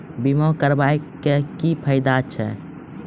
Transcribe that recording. बीमा कराबै के की फायदा छै?